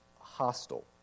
hostile